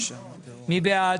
מי בעד?